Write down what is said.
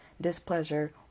displeasure